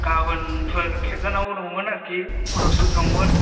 गाबोनफोर खेबजानांगौ दंमोन आरोखि फट' शुट दंमोन